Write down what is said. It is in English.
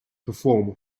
perform